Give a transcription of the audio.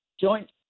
joint